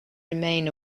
remain